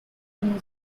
new